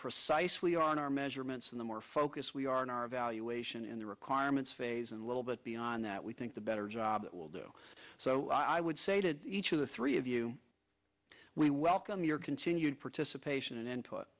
precisely our measurements and the more focus we are in our evaluation in the requirements phase and a little bit beyond that we think the better job will do so i would say to each of the three of you we welcome your continued participation